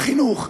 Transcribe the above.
בחינוך,